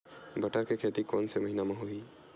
बटर के खेती कोन से महिना म होही?